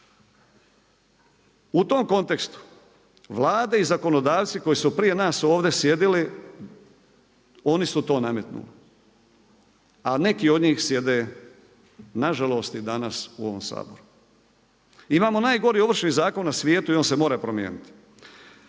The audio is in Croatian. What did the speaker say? U tom kontekstu Vlade i zakonodavci koji su prije nas ovdje sjedili, oni su to nametnuli a neki od njih sjede nažalost i danas u ovom Saboru. Imamo najgori Ovršni zakon na svijetu i on se mora promijeniti.